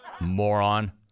moron